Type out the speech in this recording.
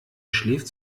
schläft